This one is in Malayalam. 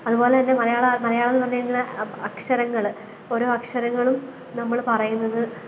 അതുപോലെത്തന്നെ മലയാളം മലയാളമെന്ന് പറഞ്ഞു കഴിഞ്ഞാൽ അക്ഷരങ്ങൾ ഓരോ അക്ഷരങ്ങളും നമ്മൾ പറയുന്നത്